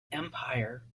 empire